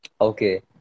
Okay